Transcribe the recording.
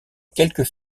quelques